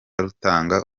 rutanga